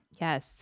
Yes